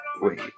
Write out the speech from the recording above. Wait